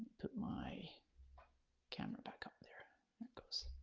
put my camera back up there, it goes.